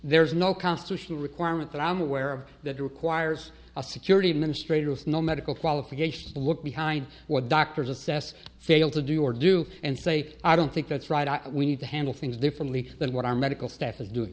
there's no constitutional requirement that i'm aware of that requires a security administrators know medical qualifications to look behind what doctors assess fail to do or do and say i don't think that's right we need to handle things differently than what our medical staff is doing